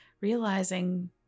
realizing